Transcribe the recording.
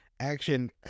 Action